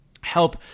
help